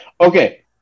Okay